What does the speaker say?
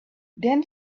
then